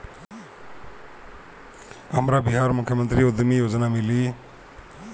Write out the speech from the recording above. हमरा बिहार मुख्यमंत्री उद्यमी योजना मिली?